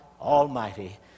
Almighty